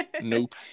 nope